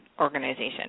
organization